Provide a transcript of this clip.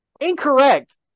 Incorrect